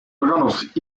órganos